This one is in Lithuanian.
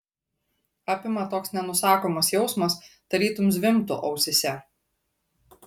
apima toks nenusakomas jausmas tarytum zvimbtų ausyse